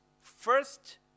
first